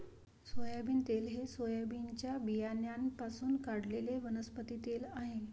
soybean तेल हे सोयाबीनच्या बियाण्यांपासून काढलेले वनस्पती तेल आहे